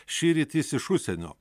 šįryt jis iš užsienio